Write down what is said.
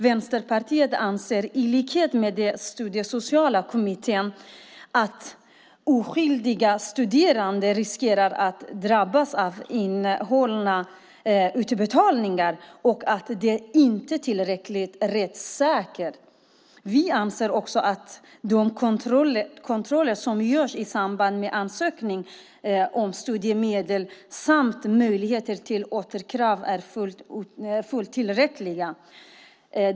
Vänsterpartiet anser, i likhet med den studiesociala kommittén, att oskyldiga studerande riskerar att drabbas av innehållna utbetalningar och att detta inte är tillräckligt rättssäkert. Vi anser också att de kontroller som görs i samband med ansökan om studiemedel samt möjligheter till återkrav är fullt tillräckligt.